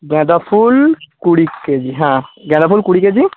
গাঁদা ফুল কুড়ি কেজি হ্যাঁ গাঁদা ফুল কুড়ি কেজি